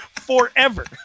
forever